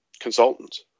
consultants